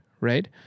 right